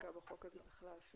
בחוק הזה אנחנו